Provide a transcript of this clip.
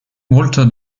walter